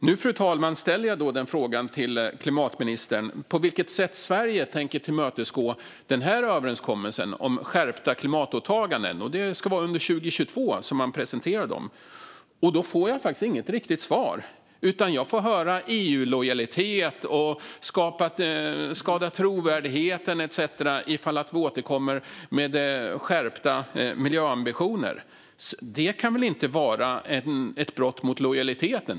Nu, fru talman, ställer jag frågan till klimatministern: På vilket sätt tänker Sverige tillmötesgå överenskommelsen om skärpta klimatåtaganden? Det ska alltså vara under 2022 som man presenterar dem. Men jag får inget riktigt svar, utan jag får höra om EU-lojalitet och att det skadar trovärdigheten etcetera om vi återkommer med skärpta miljöambitioner. Det kan väl inte vara ett brott mot lojaliteten?